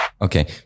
Okay